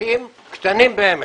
עסקים קטנים באמת.